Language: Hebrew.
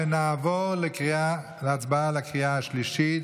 ונעבור להצבעה על הקריאה השלישית.